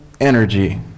energy